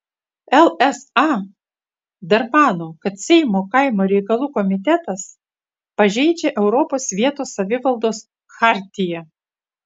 lsa dar mano kad seimo kaimo reikalų komitetas pažeidžia europos vietos savivaldos chartiją